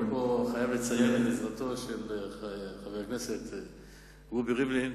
אני חייב לציין פה את עזרתו של חבר הכנסת רובי ריבלין,